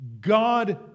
God